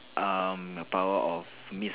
um a power of mist